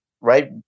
right